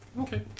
Okay